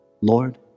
Lord